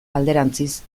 alderantziz